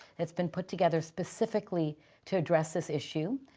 it's been put together specifically to address this issue.